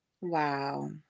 Wow